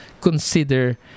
consider